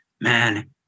Man